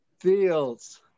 Fields